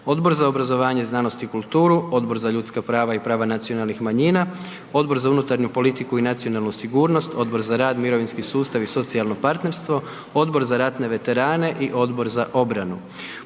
Odbor za obrazovanje, znanost i kulturu, Odbor za ljudska prava i prava nacionalnih manjina, Odbor za unutarnju politiku i nacionalnu sigurnost, Odbor za rad, mirovinsku sustav i socijalno partnerstvo, Odbor za ratne veterane i Odbor za obranu.